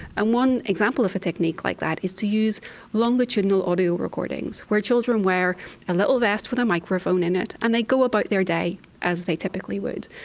and one example of a technique like that is to use longitudinal audio recordings where children wear a little vest with a microphone in it, and they go about their day as they typically would.